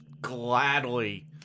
Gladly